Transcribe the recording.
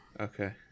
Okay